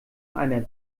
einer